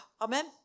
Amen